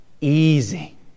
Easy